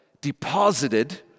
deposited